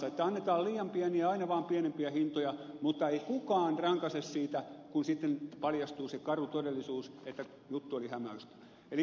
annetaan liian pieniä aina vaan pienempiä hintoja mutta ei kukaan rankaise siitä kun sitten paljastuu se karu todellisuus että juttu oli hä mäystä